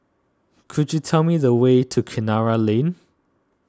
could you tell me the way to Kinara Lane